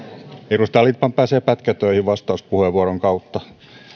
edustaja lindtman pääsee pätkätöihin vastauspuheenvuoron kautta